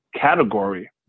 category